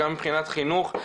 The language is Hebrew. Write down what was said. גם מבחינת חינוך,